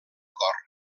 cor